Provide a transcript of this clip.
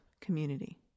community